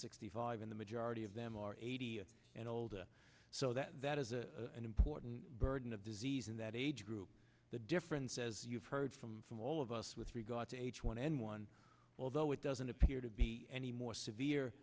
sixty five in the majority of them are eighty and older so that that is a an important burden of disease in that age group the difference as you've heard from from all of us with regard to h one n one although it doesn't appear to be any more severe